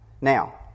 Now